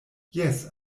jes